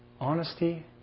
Honesty